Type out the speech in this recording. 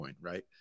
right